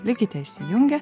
likite įsijungę